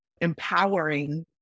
empowering